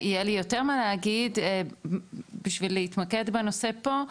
יהיה לי יותר מה להגיד בשביל להתמקד בנושא פה.